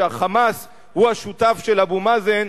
כשה"חמאס" הוא השותף של אבו מאזן,